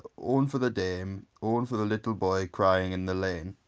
one for the dame one for the little boy crying in the lane.